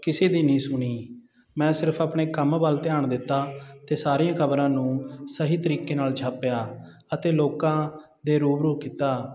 ਕਿਸੇ ਦੀ ਨਹੀਂ ਸੁਣੀ ਮੈਂ ਸਿਰਫ਼ ਆਪਣੇ ਕੰਮ ਵੱਲ ਧਿਆਨ ਦਿੱਤਾ ਅਤੇ ਸਾਰੀਆਂ ਖ਼ਬਰਾਂ ਨੂੰ ਸਹੀ ਤਰੀਕੇ ਨਾਲ ਛਾਪਿਆ ਅਤੇ ਲੋਕਾਂ ਦੇ ਰੁ ਬ ਰੁ ਕੀਤਾ